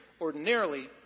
Ordinarily